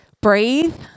breathe